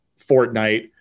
Fortnite